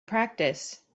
practice